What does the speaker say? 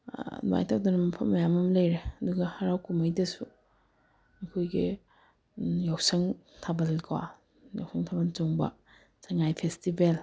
ꯑꯗꯨꯃꯥꯏ ꯇꯧꯗꯅ ꯃꯐꯝ ꯃꯌꯥꯝ ꯑꯃ ꯂꯩꯔꯦ ꯑꯗꯨꯒ ꯍꯔꯥꯎ ꯀꯨꯝꯍꯩꯗꯁꯨ ꯑꯩꯈꯣꯏꯒꯤ ꯌꯥꯎꯁꯪ ꯊꯥꯕꯜꯀꯣ ꯌꯥꯎꯁꯪ ꯊꯥꯕꯜ ꯆꯣꯡꯕ ꯁꯉꯥꯏ ꯐꯦꯁꯇꯤꯕꯦꯜ